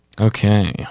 okay